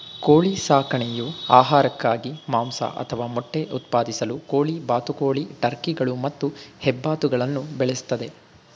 ಕೋಳಿ ಸಾಕಣೆಯು ಆಹಾರಕ್ಕಾಗಿ ಮಾಂಸ ಅಥವಾ ಮೊಟ್ಟೆ ಉತ್ಪಾದಿಸಲು ಕೋಳಿ ಬಾತುಕೋಳಿ ಟರ್ಕಿಗಳು ಮತ್ತು ಹೆಬ್ಬಾತುಗಳನ್ನು ಬೆಳೆಸ್ತದೆ